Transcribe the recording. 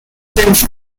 since